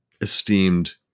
esteemed